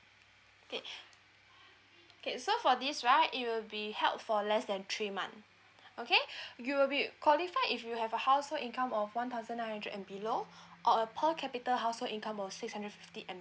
okay okay so for this right it will be held for less than three month okay you will be qualify if you have a household income of one thousand nine hundred and below or a per capita household income of six hundred fifty and